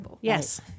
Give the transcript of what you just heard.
yes